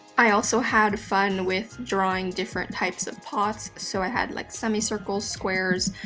i also had fun with drawing different types of pots, so i had like semicircles, squares,